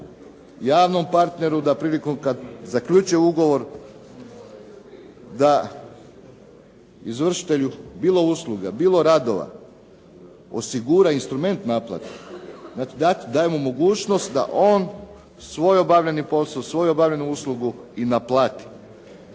javnom partneru da prilikom kada zaključuje ugovor da izvršitelju bilo usluga, bilo radova osigura instrument naplate, daje mu mogućnost da on svoj obavljeni posao, svoju obavljenu uslugu i naplati.